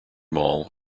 mall